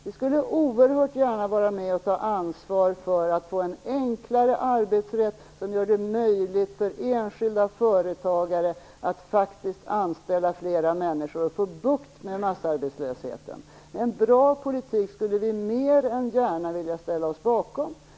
Vi skulle oerhört gärna vara med och ta ansvar för att få en enklare arbetsrätt som gör det möjligt för enskilda företagare att anställa fler människor och få bukt med massarbetslösheten. En bra politik skulle vi mer än gärna ställa oss bakom.